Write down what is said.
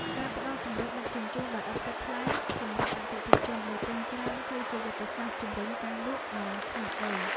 ការផ្ដល់ជម្រើសដឹកជញ្ជូនដោយឥតគិតថ្លៃសម្រាប់អតិថិជនដែលទិញច្រើន គឺជាយុទ្ធសាស្ត្រជំរុញការលក់ដ៏ឆ្លាតវៃ។